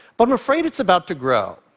but i'm afraid it's about to grow,